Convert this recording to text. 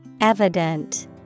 Evident